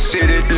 City